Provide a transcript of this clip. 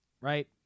Right